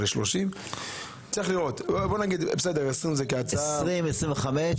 אם מדברים על 10 שקלים,